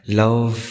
love